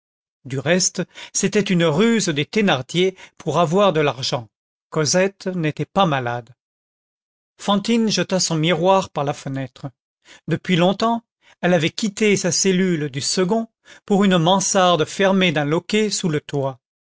du reste c'était une ruse des thénardier pour avoir de l'argent cosette n'était pas malade fantine jeta son miroir par la fenêtre depuis longtemps elle avait quitté sa cellule du second pour une mansarde fermée d'un loquet sous le toit